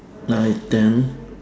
nine ten